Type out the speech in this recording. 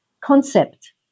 concept